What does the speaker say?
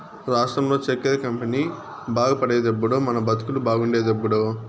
రాష్ట్రంలో చక్కెర కంపెనీ బాగుపడేదెప్పుడో మన బతుకులు బాగుండేదెప్పుడో